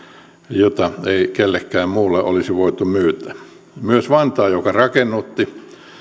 jota ei kellekään muulle olisi voitu myydä myös vantaa joka rakennutti